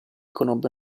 conobbe